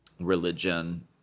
religion